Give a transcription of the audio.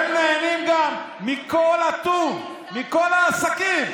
הם נהנים גם מכל הטוב, מכל העסקים.